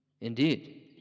Indeed